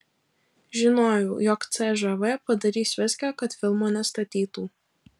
žinojau jog cžv padarys viską kad filmo nestatytų